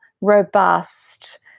robust